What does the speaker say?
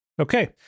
Okay